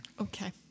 Okay